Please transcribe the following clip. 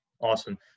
Awesome